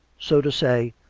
so to say,